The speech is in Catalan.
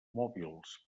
mòbils